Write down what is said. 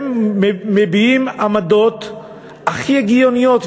הם מביעים עמדות הכי הגיוניות,